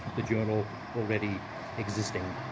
the journal already existing.